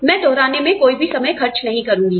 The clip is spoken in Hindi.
मैं दोहराने में कोई भी समय खर्च नहीं करूंगी